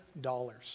dollars